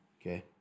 Okay